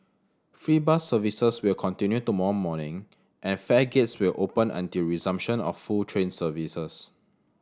free bus services will continue tomorrow morning and fare gates will open until resumption of full train services